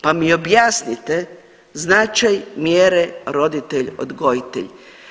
Pa mi objasnite značaj mjere roditelj, odgojitelj.